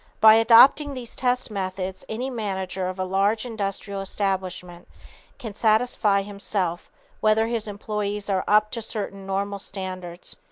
by adopting these test methods any manager of a large industrial establishment can satisfy himself whether his employees are up to certain normal standards.